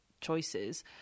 choices